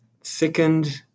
thickened